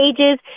ages